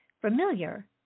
familiar